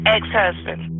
Ex-husband